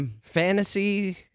Fantasy